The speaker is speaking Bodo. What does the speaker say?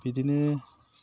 बिदिनो